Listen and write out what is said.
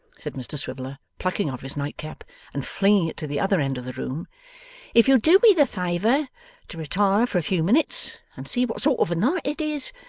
said mr swiveller, plucking off his nightcap and flinging it to the other end of the room if you'll do me the favour to retire for a few minutes and see what sort of a night it is,